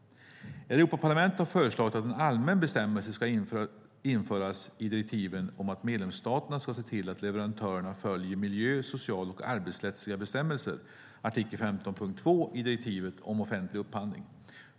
Europaparlamentet har föreslagit att en allmän bestämmelse ska föras in i direktiven om att medlemsstaterna ska se till att leverantörer följer miljö-, social och arbetsrättsliga bestämmelser .